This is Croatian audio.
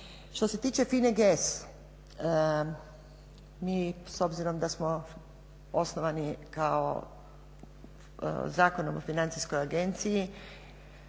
Što se tiče FINA-e GS mi s obzirom da smo osnovani kao Zakonom o financijskoj agenciji